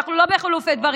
אנחנו לא בחילופי דברים.